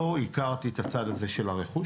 לא הכרתי את הצד הזה של הרכוש.